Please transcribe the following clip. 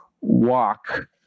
walk